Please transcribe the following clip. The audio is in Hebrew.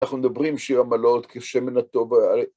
אנחנו מדברים שיר המעלות, כבשמן הטוב...